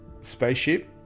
spaceship